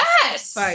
Yes